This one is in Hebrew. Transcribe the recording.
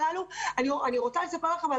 אני רוצה לספר לכם על